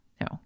No